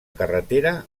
carretera